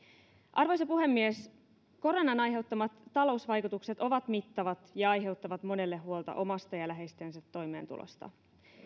arvoisa puhemies koronan aiheuttamat talousvaikutukset ovat mittavat ja aiheuttavat monelle huolta omasta ja läheistensä toimeentulosta